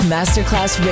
Masterclass